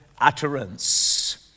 utterance